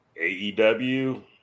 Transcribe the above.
AEW